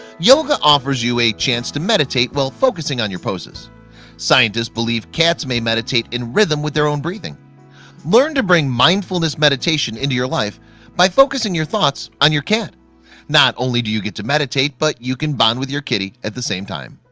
yoga offers you a chance to meditate while focusing on your poses scientists believe cats may meditate in rhythm with their own breathing learn to bring mindfulness meditation into your life by focusing your thoughts on your cat not only do you get to meditate but you can bond with your kitty at the same time